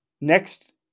Next